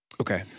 Okay